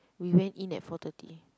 we went in at four thirty